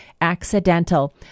accidental